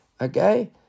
Okay